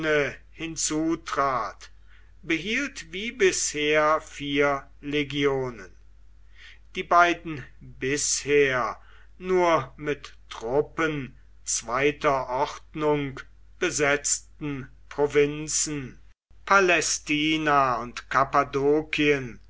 hinzutrat behielt wie bisher vier legionen die beiden bisher nur mit truppen zweiter ordnung besetzten provinzen palästina und